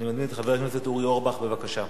חבר הכנסת אורי אורבך, בבקשה.